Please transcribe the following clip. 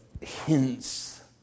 hints